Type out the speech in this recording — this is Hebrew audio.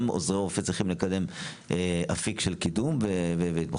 גם עוזרי רופא צריכים לקדם באפיק של קידום והתמחות.